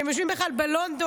שהם יושבים בכלל בלונדון.